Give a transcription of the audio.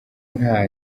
nta